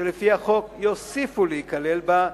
לפי החוק יוסיפו להיכלל בה,